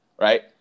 Right